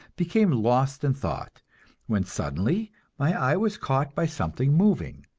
became lost in thought when suddenly my eye was caught by something moving.